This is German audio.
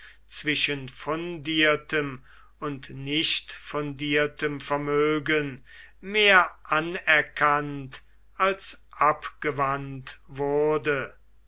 zwischen fundiertem und nicht fundiertem vermögen mehr anerkannt als abgewandt wurde